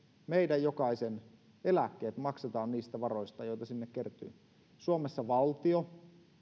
meidän jokaisen eläkkeet maksetaan niistä varoista joita sinne kertyy suomessa valtio